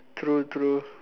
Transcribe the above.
true true